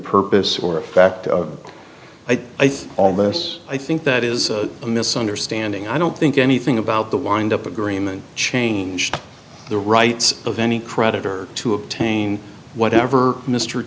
purpose or effect of i think all this i think that is a misunderstanding i don't think anything about the wind up agreement changed the rights of any creditor to obtain whatever mr